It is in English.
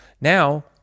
Now